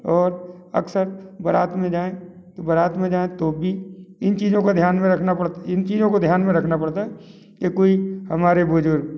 और अक्सर बरात में जाए तो बरात मे जाए तो भी इन चीजों का ध्यान में रखना पड़ता है इन चीज़ों का ध्यान में रखना पड़ता है या कोई हमारे बुजुर्ग